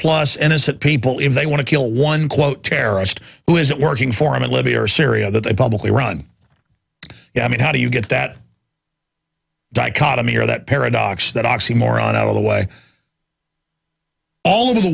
plus innocent people if they want to kill one quote terrorist who isn't working for him in libya or syria that they publicly run yeah i mean how do you get that dichotomy or that paradox that oxymoron out of the way all over the